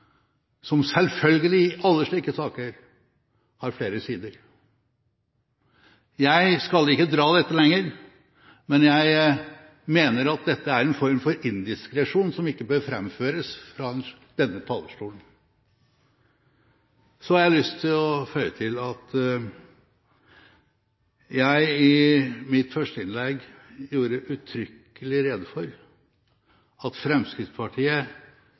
som selvfølgelig, i likhet med alle slike saker, har flere sider. Jeg skal ikke dra dette lenger, men jeg mener at dette er en form for indiskresjon som ikke bør framføres fra denne talerstolen. Så vil jeg føye til at jeg i mitt førsteinnlegg gjorde uttrykkelig rede for at Fremskrittspartiet